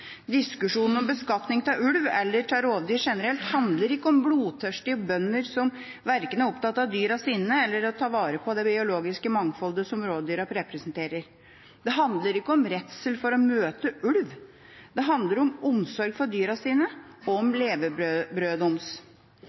Diskusjonen om beskatning av ulv eller av rovdyr generelt handler ikke om blodtørstige bønder som verken er opptatt av dyra sine eller av å ta vare på det biologiske mangfoldet som rovdyra representerer. Det handler ikke om redsel for å møte ulv. Det handler om omsorg for dyra, om levebrødet deres. Vi vet at forvaltning også betyr beskatning, og